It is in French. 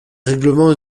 règlements